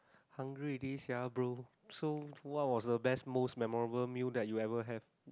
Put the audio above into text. hungry already sia bro so what was the best most memorable meal that you ever have